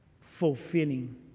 fulfilling